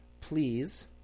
Please